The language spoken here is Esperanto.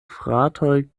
fratoj